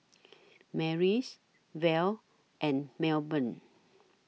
Marlys Verl and Melbourne